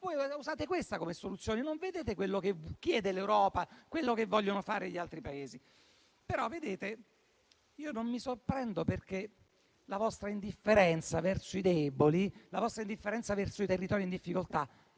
voi è questa la soluzione; non vedete ciò che chiede l'Europa, quello che vogliono fare gli altri Paesi. Io però non mi sorprendo perché la vostra indifferenza verso i deboli, la vostra indifferenza verso i territori in difficoltà,